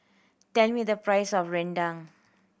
tell me the price of rendang